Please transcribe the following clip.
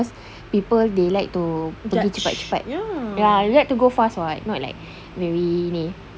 because people they like to pergi cepat cepat ya they like to go fast [what] not like very ini